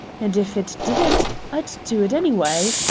and if it didn't, i'd do it anyway.